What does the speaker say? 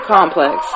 Complex